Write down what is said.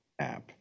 app